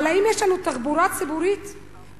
אבל האם יש לנו תחבורה ציבורית מספקת,